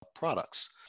products